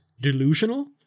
delusional